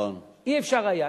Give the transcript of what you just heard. אי-אפשר היה.